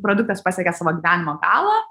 produktas pasiekia savo gyvenimo galą